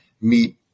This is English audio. meet